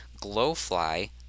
Glowfly